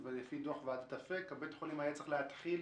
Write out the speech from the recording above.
לפי דוח ועדת אפק בית החולים היה צריך להתחיל להיבנות,